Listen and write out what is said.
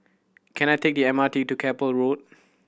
can I take the M R T to Keppel Road